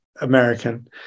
American